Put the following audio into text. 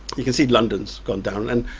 you can see london's gone down and,